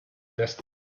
destiny